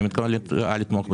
אני מתכוון לתמוך בזה.